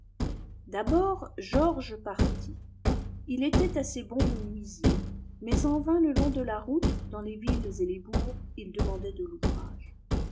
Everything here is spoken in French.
d'abord georges partit il était assez bon menuisier mais en vain le long de la route dans les villes et les bourgs il demandait de l'ouvrage